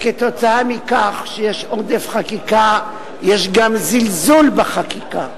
כתוצאה מכך שיש עודף חקיקה, יש גם זלזול בחקיקה.